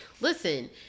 Listen